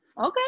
Okay